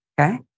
Okay